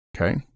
Okay